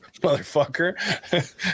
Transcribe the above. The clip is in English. Motherfucker